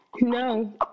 No